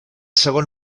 segon